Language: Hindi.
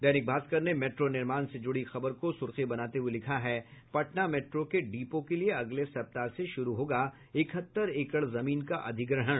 दैनिक भास्कर ने मेट्रो निर्माण से जुड़ी खबर को सुर्खी बनाते हुए लिखा है पटना मेट्रो के डिपो के लिए अगले सप्ताह से शुरू होगा इकहत्तर एकड़ जमीन का अधिग्रहण